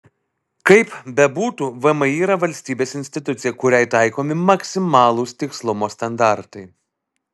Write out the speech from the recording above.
kaip bebūtų vmi yra valstybės institucija kuriai taikomi maksimalūs tikslumo standartai